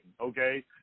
okay